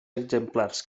exemplars